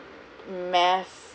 math